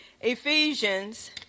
Ephesians